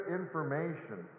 information